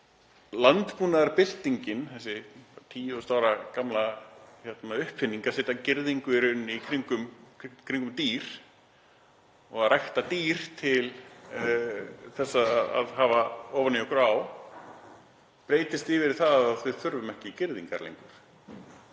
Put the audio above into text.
landbúnaðarbyltingin, þessi 10.000 ára gamla uppfinning, að setja girðingu í kringum dýr og rækta dýr til þess að hafa ofan í okkur og á, breytist yfir í það að við þurfum hvorki girðingar né